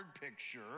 picture